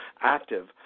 active